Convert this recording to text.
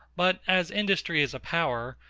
but as industry is a power,